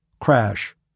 Crash